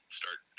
start